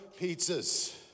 pizzas